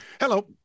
Hello